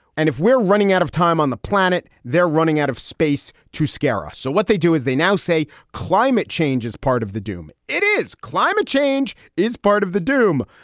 and if we're running out of time on the planet, they're running out of space to scare us. so what they do is they now say climate change is part of the doom. it is. climate change is part of the doom.